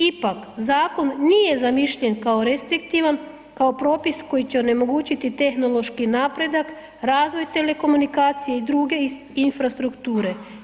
Ipak zakon nije zamišljen kao restriktivan, kao propis koji će onemogućiti tehnološki napredak, razvoj telekomunikacije i druge infrastrukture.